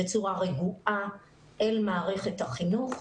בצורה רגועה אל מערכת החינוך.